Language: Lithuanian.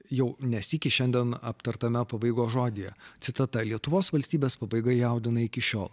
jau ne sykį šiandien aptartame pabaigos žodyje citata lietuvos valstybės pabaiga jaudina iki šiol